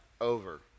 over